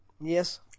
Yes